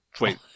wait